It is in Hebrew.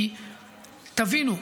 כי תבינו,